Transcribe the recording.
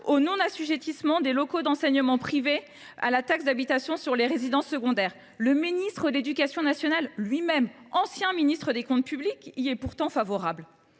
au non assujettissement des locaux d’enseignement privé sous contrat à la taxe d’habitation sur les résidences secondaires. Le ministre de l’éducation nationale, ancien ministre chargé des comptes publics, y est pourtant favorable.